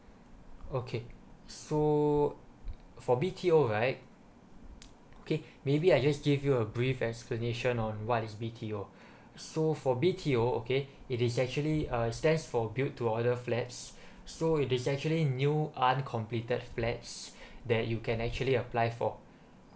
okay so for B_T_O right okay maybe I just give you a brief explanation on what is B_T_O so for B_T_O okay it is actually uh stands for built to order flats so it is actually new uncompleted flats that you can actually apply for